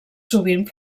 sovint